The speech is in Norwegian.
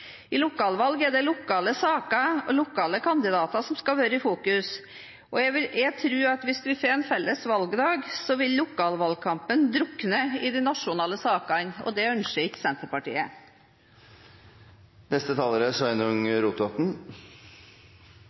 I lokalvalg er det lokale saker og lokale kandidater som skal være i fokus, og jeg tror at hvis vi får en felles valgdag, vil lokalvalgkampen drukne i de nasjonale sakene, og det ønsker ikke Senterpartiet. Takk til interpellanten for moglegheita for debatt. Det er